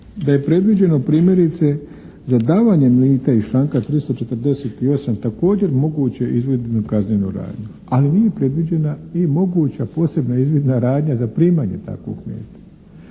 da je predviđeno primjerice za davanje mita iz članka 348. također moguće izvidnu kaznenu radnju. Ali nije predviđena i moguća posebna izvidna radnja za primanje takvog mita.